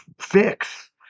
fix